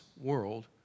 world